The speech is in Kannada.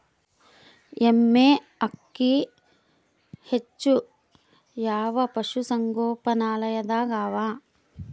ಎಮ್ಮೆ ಅಕ್ಕಿ ಹೆಚ್ಚು ಯಾವ ಪಶುಸಂಗೋಪನಾಲಯದಾಗ ಅವಾ?